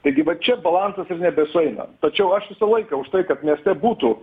taigi va čia balansas ir nebesueina tačiau aš visą laiką už tai kad mieste būtų